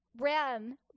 ran